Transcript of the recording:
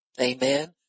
Amen